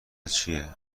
چیه